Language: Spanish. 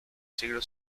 siglo